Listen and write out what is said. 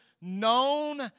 Known